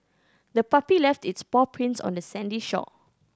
the puppy left its paw prints on the sandy shore